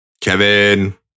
Kevin